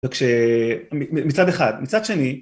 וכשמצד אחד. מצד שני